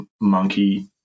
monkey